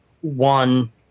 one